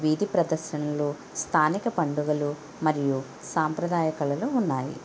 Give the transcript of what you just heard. వీధి ప్రదర్శనలు స్థానిక పండుగలు మరియు సాంప్రదాయ కళలు ఉన్నాయి